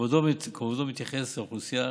כבודו מתייחס לאוכלוסייה